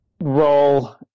role